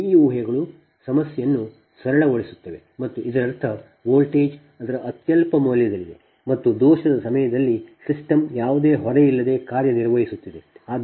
ಈ ಊಹೆಗಳು ಸಮಸ್ಯೆಯನ್ನು ಸರಳಗೊಳಿಸುತ್ತದೆ ಮತ್ತು ಇದರರ್ಥ ವೋಲ್ಟೇಜ್ ಅದರ ಅತ್ಯಲ್ಪ ಮೌಲ್ಯದಲ್ಲಿದೆ ಮತ್ತು ದೋಷದ ಸಮಯದಲ್ಲಿ ಸಿಸ್ಟಮ್ ಯಾವುದೇ ಹೊರೆಯಿಲ್ಲದೆ ಕಾರ್ಯನಿರ್ವಹಿಸುತ್ತಿದೆ